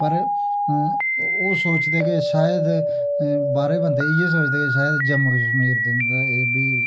पर ओह् सोचदे के शायद बाह्रे बंदे इ'यै सोचदे के शायद जम्मू कश्मीर दे न तां ऐह् बी